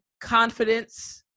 confidence